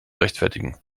rechtfertigen